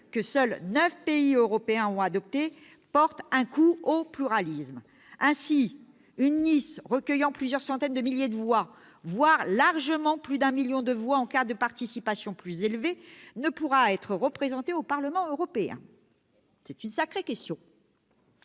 que seuls neuf pays européens ont adopté, porte un coup au pluralisme. Ainsi, une liste recueillant plusieurs centaines de milliers de voix, voire largement plus de un million en cas de participation plus élevée, ne pourra pas être représentée au Parlement européen. C'est un véritable